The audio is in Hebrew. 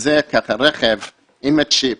זה רכב עם הצ'יפ,